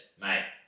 mate